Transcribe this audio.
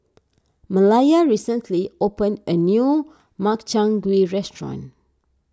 Malaya recently opened a new Makchang Gui Restaurant